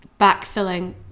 backfilling